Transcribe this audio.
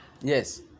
Yes